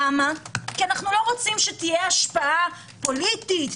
למה - כי אנו לא רוצים שתהיה השפעה פוליטית,